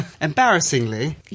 Embarrassingly